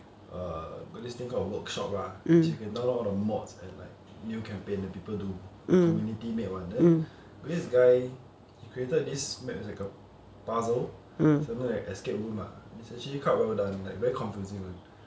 err got this thing called a workshop ah which you can download all the mods and like new campaign where people do community made [one] then got this guy he created this maps like a puzzle something like escape room ah it is actually quite well done like very confusing [one]something like escape room rumour and it's actually quite well done like very confusing